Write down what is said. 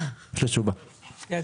אנחנו באים